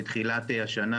בתחילת השנה,